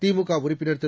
திமுக உறுப்பினர் திரு